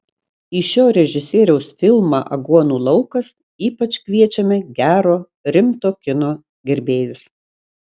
į šio režisieriaus filmą aguonų laukas ypač kviečiame gero rimto kino gerbėjus